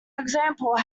example